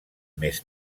més